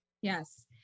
Yes